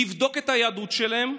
לבדוק את היהדות שלהם,